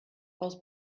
aus